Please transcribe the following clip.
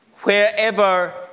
Wherever